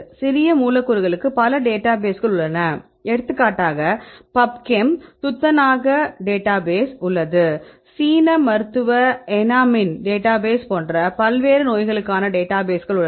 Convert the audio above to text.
சிறிய மூலக்கூறுகளுக்கு பல டேட்டாபேஸ்கள் உள்ளன எடுத்துக்காட்டாக பப்கெம் துத்தநாகடேட்டாபேஸ் உள்ளது சீன மருத்துவ எனமின் டேட்டாபேஸ் போன்ற பல்வேறு நோய்களுக்கான டேட்டாபேஸ்கள் உள்ளன